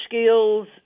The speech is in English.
skills